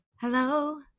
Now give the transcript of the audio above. Hello